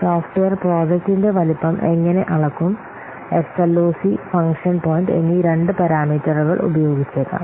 software പ്രോജക്ടിന്റെ വലുപ്പം എങ്ങനെ അളക്കും എസഎൽഓസി ഫംഗ്ഷൻ പോയിന്റ് എന്നീ രണ്ട് പാരാമീറ്ററുകൾ ഉപയോഗിച്ചേക്കാം